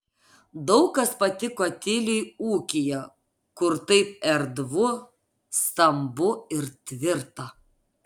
daug kas patiko tiliui ūkyje kur taip erdvu stambu ir tvirta